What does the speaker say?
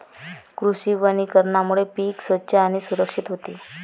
कृषी वनीकरणामुळे पीक स्वच्छ आणि सुरक्षित होते